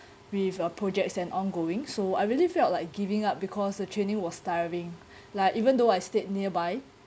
with uh projects and ongoing so I really felt like giving up because the training was tiring like even though I stayed nearby